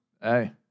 Hey